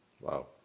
Wow